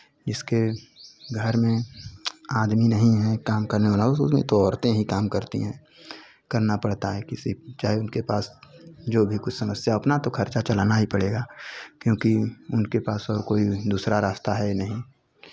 जिसके घर में आदमी नहीं है काम करने वाला उस उसमें तो औरतें ही काम करती हैं करना पड़ता है किसी चाहे उनके पास जो भी कुछ समस्या हो अपना तो खर्चा चलाना ही पड़ेगा क्योंकि उनके पास और कोई दूसरा रास्ता है नहीं